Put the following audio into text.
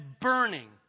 burning